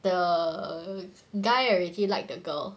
the guy already like the girl